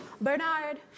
Bernard